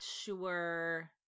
sure